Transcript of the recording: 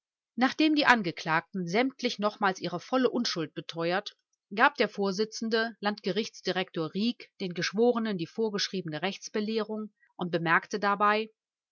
nachdem die angeklagten sämtlich nochmals ihre volle unschuld beteuert gab der vorsitzende landgerichtsdirektor gerichtsdirektor rieck den geschworenen die vorgeschriebene rechtsbelehrung und bemerkte dabei